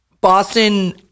Boston